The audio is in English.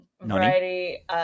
Variety